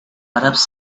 arabs